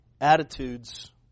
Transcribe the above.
Attitudes